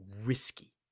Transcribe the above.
risky